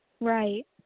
Right